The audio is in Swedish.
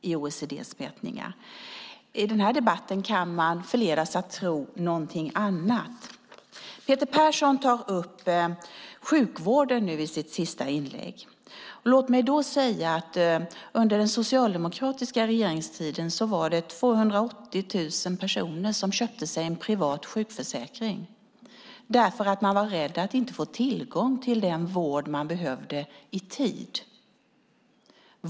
I debatten här kan man förledas att tro någonting annat. Peter Persson tar upp sjukvården i sitt sista inlägg. Låt mig säga att det under den socialdemokratiska regeringstiden var 280 000 personer som köpte sig en privat sjukförsäkring eftersom de var rädda att inte få tillgång till den vård de behövde i tid.